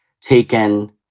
taken